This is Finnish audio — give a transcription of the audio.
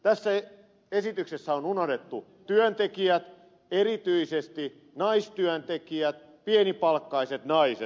tässä esityksessä on unohdettu työntekijät erityisesti naistyöntekijät pienipalkkaiset naiset